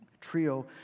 Trio